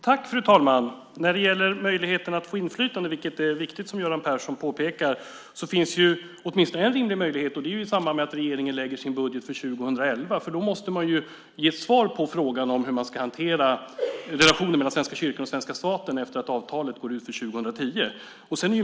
Fru talman! När det gäller möjligheten att få inflytande, vilket är viktigt, som Göran Persson påpekar, finns ju åtminstone en rimlig möjlighet och det är i samband med att regeringen lägger fram sin budget för 2011. Då måste man ju ge svar på frågan hur vi ska hantera relationen mellan Svenska kyrkan och svenska staten efter att avtalet gått ut 2010.